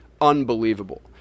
unbelievable